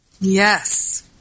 Yes